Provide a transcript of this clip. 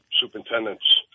Superintendents